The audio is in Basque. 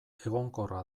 egonkorra